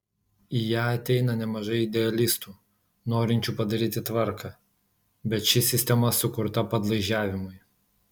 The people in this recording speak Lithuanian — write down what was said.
į ją ateina nemažai idealistų norinčių padaryti tvarką bet ši sistema sukurta padlaižiavimui